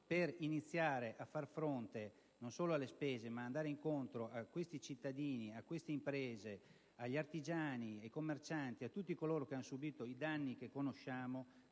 per iniziare a far fronte alle spese, ma anche per andare incontro ai cittadini, alle imprese, agli artigiani, ai commercianti e a tutti coloro che hanno subito i danni che conosciamo,